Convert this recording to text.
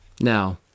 Now